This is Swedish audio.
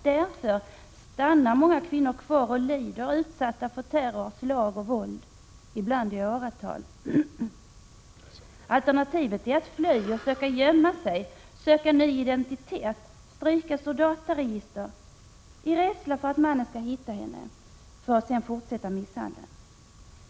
Därför stannar många kvinnor kvar och lider, utsatta för terror, slag och våld, ibland i åratal. Alternativet är att fly, söka gömma sig, söka ny identitet, strykas ur dataregister — i rädsla för att mannen skall hitta henne och fortsätta misshandeln.